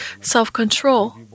self-control